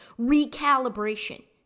recalibration